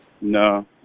No